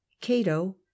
Cato